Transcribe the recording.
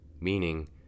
Meaning